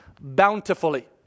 bountifully